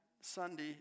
Sunday